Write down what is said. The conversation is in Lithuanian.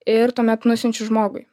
ir tuomet nusiunčiu žmogui